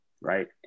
Right